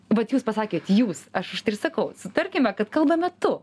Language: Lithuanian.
vat jūs pasakėt jūs aš už tai ir sakau sutarkime kad kalbame tu